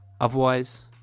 otherwise